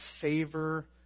favor